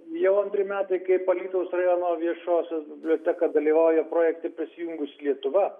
jau antri metai kaip alytaus rajono viešosios biblioteka galioja projekte prisijungusi lietuva